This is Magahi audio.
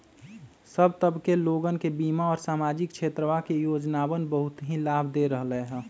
सब तबके के लोगन के बीमा और सामाजिक क्षेत्रवा के योजनावन बहुत ही लाभ दे रहले है